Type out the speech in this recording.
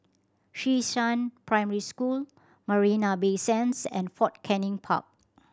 Xishan Primary School Marina Bay Sands and Fort Canning Park